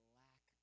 lack